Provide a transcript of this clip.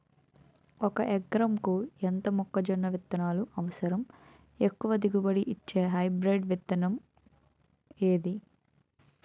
ఒక ఎకరాలకు ఎంత మొక్కజొన్న విత్తనాలు అవసరం? ఎక్కువ దిగుబడి ఇచ్చే హైబ్రిడ్ విత్తనం ఏది?